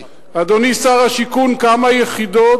אדוני שר השיכון, כמה יחידות?